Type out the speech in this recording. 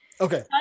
Okay